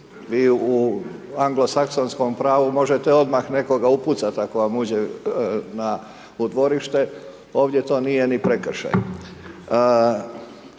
Vi u Anglosaksonskom pravu možete odmah nekoga upucati ako vam uđe u dvorište, ovdje to nije ni prekršaj.